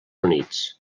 units